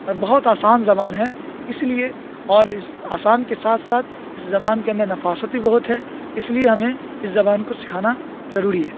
اور بہت آسان زبان ہے اس لیے اور اس آسان کے ساتھ ساتھ اس زبان کے اندر نفاست بھی بہت ہے اس لیے ہمیں اس زبان کو سکھانا ضروری ہے